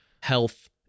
Health